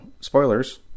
spoilers